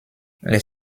les